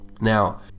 now